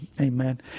Amen